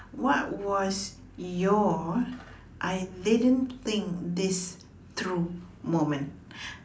what was your I didn't think this through moment